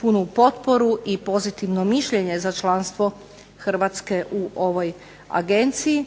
punu potporu i pozitivno mišljenje za članstvo Hrvatske u ovoj Agenciji,